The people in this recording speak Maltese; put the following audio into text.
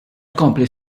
tkompli